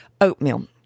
oatmeal